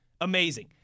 amazing